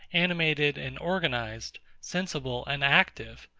animated and organised, sensible and active!